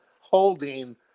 holding